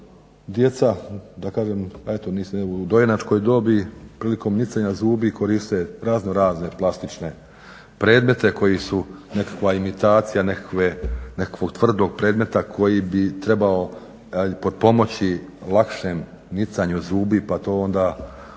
kažem u dojenačkoj dobi prilikom nicanja zubi koriste raznorazne plastične predmete koji su nekakva imitacija nekakvog tvrdog predmeta koji bi trebao potpomoći lakšem nicanju zubi pa to onda